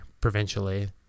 provincially